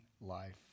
life